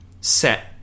set